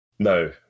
No